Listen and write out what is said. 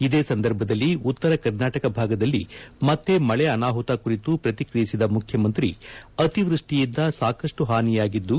ಇದೇ ಸಂದರ್ಭದಲ್ಲಿ ಉತ್ತರ ಕರ್ನಾಟಕ ಭಾಗದಲ್ಲಿ ಮತ್ತೆ ಮಳೆ ಅನಾಹುತ ಕುರಿತು ಪ್ರತಿಕ್ರಿಯಿಸಿದ ಮುಖ್ಯಮಂತ್ರಿ ಅತಿವೃಷ್ಷಿಯಿಂದ ಸಾಕಷ್ಟು ಹಾನಿಯಾಗಿದ್ದು